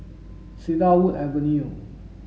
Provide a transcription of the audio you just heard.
Cedarwood Avenue